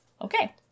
okay